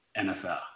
NFL